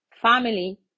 family